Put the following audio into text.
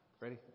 Ready